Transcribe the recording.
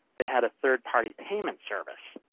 they had a third-party payment service.